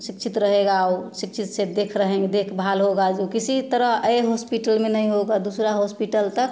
शिक्षित रहेगा वो शिक्षित से देख रहे देखभाल होगा जो किसी तरह ऐसे हॉस्पिटल में नहीं होगा दूसरा हॉस्पिटल तक